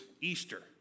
Easter